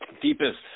deepest